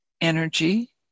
energy